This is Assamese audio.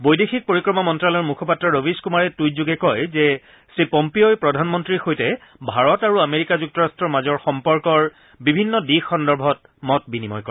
বৈদেশিক পৰিক্ৰমা মন্তালয়ৰ মুখপাত্ৰ ৰবিশ কুমাৰে টুইটযোগে কয় যে শ্ৰীপম্পিঅই প্ৰধানমন্ত্ৰীৰ সৈতে ভাৰত আৰু আমেৰিকা যুক্তৰাষ্টৰ মাজৰ সম্পৰ্কৰ বিভিন্ন দিশ সন্দৰ্ভত মত বিনিময় কৰে